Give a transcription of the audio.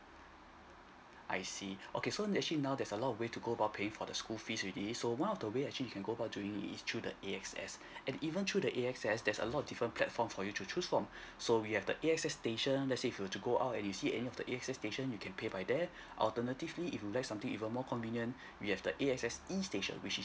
I see okay so that actually now there's a lot of ways to go about paying for the school fees already so one of the way actually you can go about doing it through the A_X_S and even through the A_X_S there's a lot different platform for you to choose from so we have the A_X_S station let's say if you were to go out and you see any of the A_X_S station you can pay by there alternatively if you would like something even more convenient we have the A_X_S E station which is